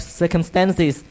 circumstances